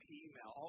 email